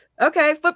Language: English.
okay